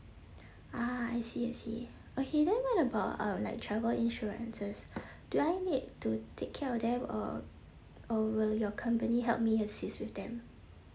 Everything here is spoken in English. ah I see I see okay then what about uh like travel insurances do I need to take care of them or or will your company help me assist with them